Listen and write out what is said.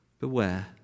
Beware